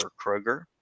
Kroger